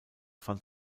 fand